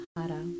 Hara